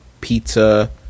pizza